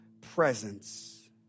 presence